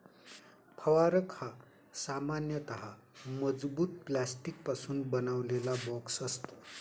फवारक हा सामान्यतः मजबूत प्लास्टिकपासून बनवलेला बॉक्स असतो